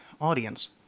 audience